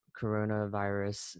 coronavirus